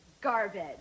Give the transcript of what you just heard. garbage